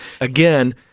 Again